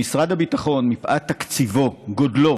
משרד הביטחון, מפאת תקציבו, גודלו,